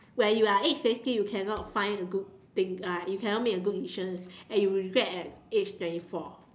when you are age sixteen you cannot find a good thing uh you cannot make a good decisions and you regret at age thirty four